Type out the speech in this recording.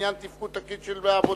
בעניין תפקוד תקין של עמותות.